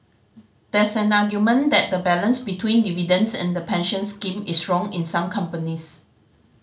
there's an argument that the balance between dividends and the pension scheme is wrong in some companies